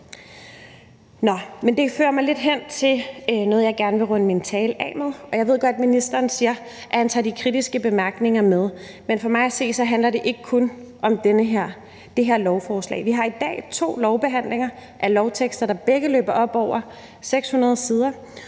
det fører mig lidt hen til noget, jeg gerne vil runde min tale af med. Jeg ved godt, ministeren siger, at han tager de kritiske bemærkninger med, men for mig at se handler det ikke kun om det her lovforslag. Vi har i dag to lovbehandlinger af lovtekster, der begge løber op på over 600 sider,